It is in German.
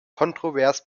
kontrovers